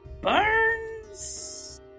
burns